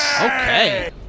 Okay